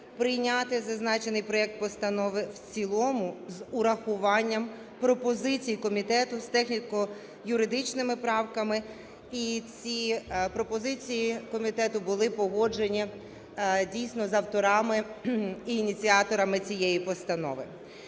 прийняти зазначений проект постанови в цілому з урахуванням пропозицій комітету, з техніко-юридичними правками. І ці пропозиції комітету були погоджені, дійсно, з авторами і ініціаторами цієї постанови.